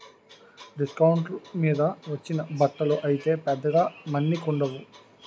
డిస్కౌంట్ల మీద వచ్చిన బట్టలు అయితే పెద్దగా మన్నికుండవు